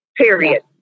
Period